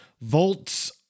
Volts